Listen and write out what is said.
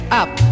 up